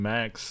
Max